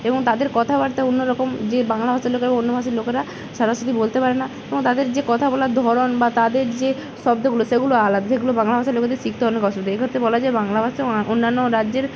এবং তাদের কথাবার্তা অন্য রকম যে বাংলা ভাষার লোকেরা অন্য ভাষার লোকেরা সরাসরি বলতে পারে না এবং তদের যে কথা বলার ধরন বা তাদের যে শব্দগুলো সেগুলো আলাদা সেগুলো বাংলা ভাষার লোকেদের শিখতে অনেক অসুবিধা হয় এ ক্ষেত্রে বলা যায় বাংলা ভাষা এবং অন্যান্য রাজ্যের